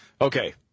Okay